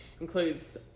includes